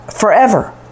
forever